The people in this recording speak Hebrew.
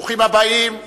ברוכים הבאים.